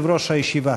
שכתב דוגי ישראלי,